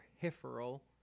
peripheral